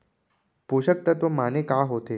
पोसक तत्व माने का होथे?